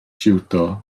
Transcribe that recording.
jiwdo